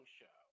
show